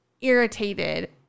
irritated